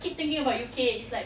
keep thinking about U_K it's like